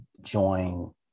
join